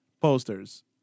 posters